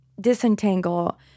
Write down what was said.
disentangle